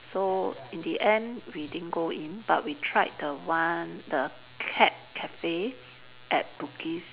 so in the end we didn't go in but we tried the one the cat cafe at Bugis